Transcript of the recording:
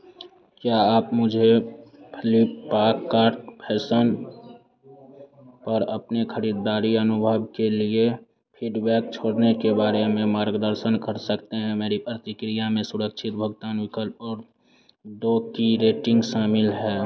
क्या आप मुझे फ्लीपकार्ट फैसन पर अपने खरीदारी अनुभव के लिए फीडबैक छोड़ने के बारे में मार्गदर्शन कर सकते हैं मेरी प्रतिक्रिया में सुरक्षित भुगतान विकल्प और की रेटिंग शामिल है